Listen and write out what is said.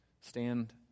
stand